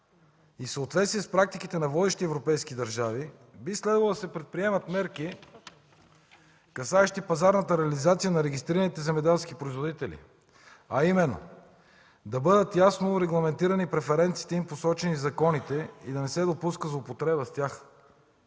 в съответствие с практиките на водещи европейски държави, би следвало да се предприемат мерки, касаещи пазарната реализация на регистрираните земеделски производители, а именно: да бъдат ясно регламентирани преференциите им, посочени в законите, и да не се допуска злоупотребя с тях.